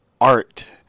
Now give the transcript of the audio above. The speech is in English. art